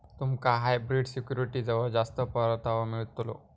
तुमका हायब्रिड सिक्युरिटीजवर जास्त परतावो मिळतलो